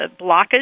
blockage